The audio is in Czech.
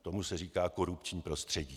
Tomu se říká korupční prostředí.